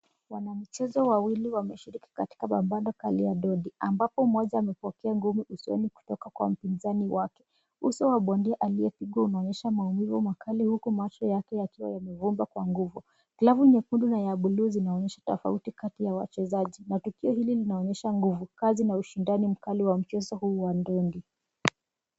Wanamichezo wawili wameshiriki katika pambano kali ya dondi ambapo mmoja amepokea ngumi usoni kutoka kwa mpinzani wake. Uso wa bondia aliyepigwa unaonyesha maumivu makali huku macho yake yakiwa yamevumba kwa nguvu. Glovu nyekundu na ya bluu zinaonyesha tofauti kati ya wachezaji na tukio hili linaonyesha nguvu, kazi na ushindani mkali wa mchezo huu wa ndondi.